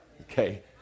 Okay